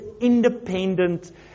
independent